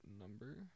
number